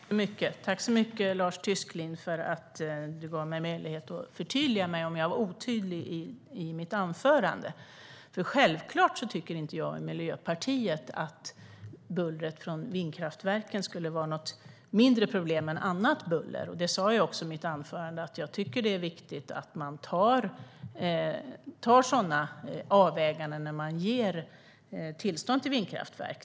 Herr ålderspresident! Tack så mycket, Lars Tysklind, för att du gav mig möjlighet att förtydliga mig om jag var otydlig i mitt anförande! Självklart tycker inte jag och Miljöpartiet att bullret från vindkraftverken skulle vara ett mindre problem än annat buller. Jag sa också i mitt anförande att jag tycker att det är viktigt att man gör sådana avvägningar när man ger tillstånd till vindkraftverk.